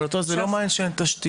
אבל אותו זה לא מעניין שאין תשתיות.